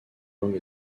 langue